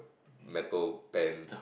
metal pan